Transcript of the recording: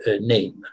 name